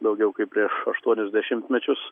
daugiau kaip prieš aštuonis dešimtmečius